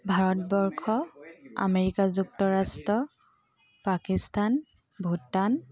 Bharatvarsha America যুক্তৰাষ্ট্ৰ পাকিস্তান ভূটান